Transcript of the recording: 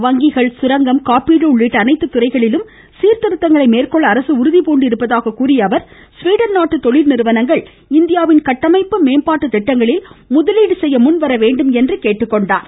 வங்கிகள் சுரங்கம் காப்பீடு உள்ளிட்ட அனைத்து துறைகளிலும் சீர்திருத்தங்களை மேற்கொள்ள அரசு உறுதிபூண்டிருப்பதாக கூறிய அவர் ஸ்வீடன் நாட்டு தொழில் நிறுவனங்கள் இந்தியாவின் கட்டமைப்பு மேம்பாட்டு திட்டங்களில் முதலீடு செய்ய முன்வரவேண்டும் என்று கேட்டுக்கொண்டாா்